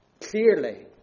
Clearly